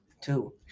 Two